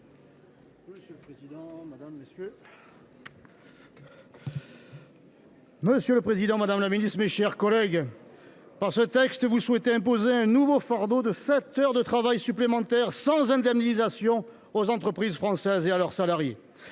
monsieur le ministre, mes chers collègues, par ce texte, vous souhaitez imposer un nouveau fardeau de sept heures de travail supplémentaires sans indemnisation pour les entreprises françaises et leurs salariés.